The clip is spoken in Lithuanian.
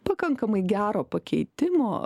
pakankamai gero pakeitimo